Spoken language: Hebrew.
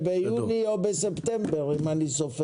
זה יכול להיות ביולי או בספטמבר, אם אני סופר.